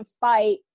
fight